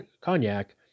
cognac